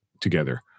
together